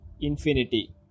infinity